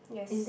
yes